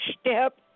Step